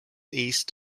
east